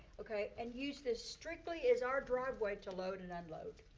okay, and use this strictly as our driveway to load and unload.